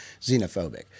xenophobic